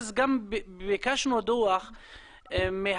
אז גם ביקשנו דוח מהבנקים,